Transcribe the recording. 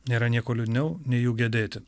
nėra nieko liūdniau nei jų gedėti